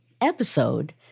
episode